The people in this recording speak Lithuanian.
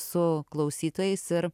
su klausytojais ir